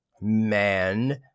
Man